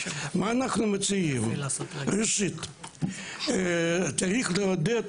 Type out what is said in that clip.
מה שאנחנו מציעים: ראשית, צריך לעודד